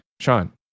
Sean